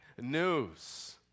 news